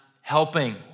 helping